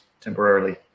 temporarily